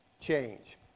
Change